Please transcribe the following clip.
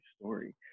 story